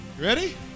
Ready